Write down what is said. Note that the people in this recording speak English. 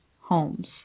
homes